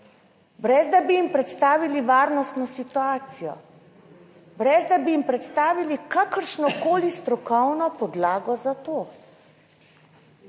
brez da bi jim predstavili varnostno situacijo, brez da bi jim predstavili kakršnokoli strokovno podlago za to.